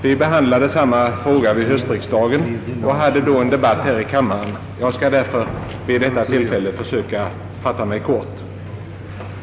Vi behandlade samma fråga vid höstriksdagen och hade då en debatt här i kammaren. Jag skall därför vid detta tillfälle försöka fatta mig kort.